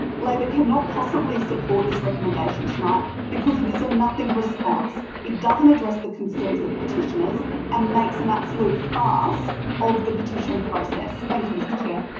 labor cannot possibly support this recommendation tonight because it is a nothing response. it doesn't address the concerns of the petitioners and makes an absolute farce of the petition process. thank you, mr chair.